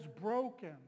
broken